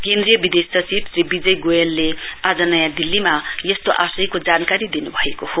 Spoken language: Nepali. केन्द्रीय विदेश सचिव श्री विजय गोयलले आज नयाँ दिल्लीमा यस्तो आशयको जानकारी दिनुभएको हो